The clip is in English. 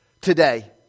Today